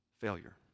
failure